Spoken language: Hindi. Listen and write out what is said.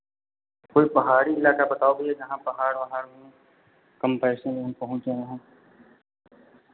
कोई पहाड़ी इलाका बताओ भैया जहाँ पहाड़ वहाड़ हो कम पैसे में हम पहुँच जाए वहाँ